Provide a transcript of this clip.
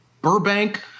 Burbank